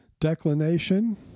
declination